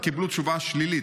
הם קיבלו תשובה שלילית,